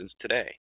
today